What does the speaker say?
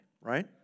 right